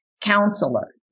counselor